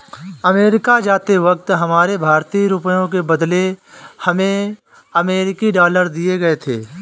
America जाते वक्त हमारे भारतीय रुपयों के बदले हमें अमरीकी डॉलर दिए गए थे